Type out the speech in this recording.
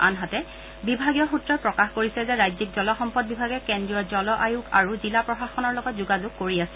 আনহাতে বিভাগীয় সুত্ৰই প্ৰকাশ কৰিছে যে ৰাজ্যিক জলসম্পদ বিভাগে কেন্দ্ৰীয় জল আয়োগ আৰু জিলা প্ৰশাসনৰ লগত যোগাযোগ কৰি আছে